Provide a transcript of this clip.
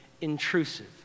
intrusive